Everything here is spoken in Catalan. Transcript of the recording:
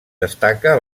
destaca